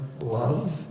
love